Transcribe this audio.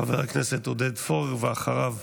חבר הכנסת עודד פורר, ואחריו,